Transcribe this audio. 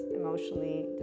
emotionally